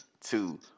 two